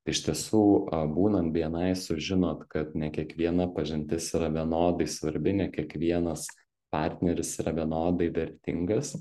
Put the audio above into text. iš tiesų a būnant bni sužinot kad ne kiekviena pažintis yra vienodai svarbi ne kiekvienas partneris yra vienodai vertingas